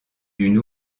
d’une